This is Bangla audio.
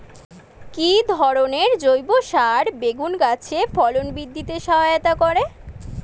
কি ধরনের জৈব সার বেগুন গাছে ফলন বৃদ্ধিতে সহায়তা করে?